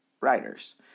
writers